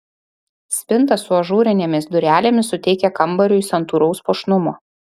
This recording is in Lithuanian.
spinta su ažūrinėmis durelėmis suteikia kambariui santūraus puošnumo